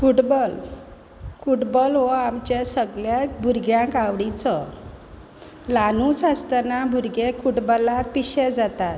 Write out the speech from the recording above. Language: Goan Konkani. फुटबॉल फुटबॉल हो आमच्या सगळ्या भुरग्यांक आवडीचो ल्हानूच आसतना भुरगे फुटबॉलाक पिशे जाता